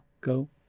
Go